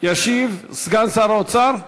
ישיב סגן שר האוצר.